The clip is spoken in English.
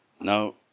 Now